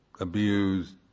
abused